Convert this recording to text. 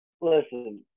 Listen